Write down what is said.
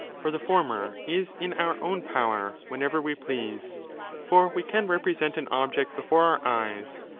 for the former is in our own power, whenever we please for we can represent an object before our eyes,